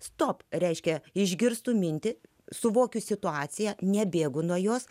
stop reiškia išgirstu mintį suvokiu situaciją nebėgu nuo jos